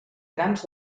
grans